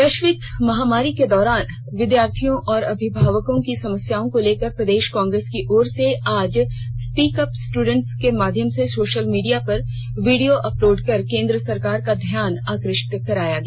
वैश्विक कोरोना महामारी के दौरान विद्यार्थियों और अभिभावकों की समस्याओं को लेकर प्रदेश कांग्रेस की ओर से आज स्पीक अप स्टडेंटस के माध्यम से सोशल मीडिया पर वीडियो अपलोड कर केंद्र सरकार का ध्यान आकृष्ट कराया गया